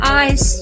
eyes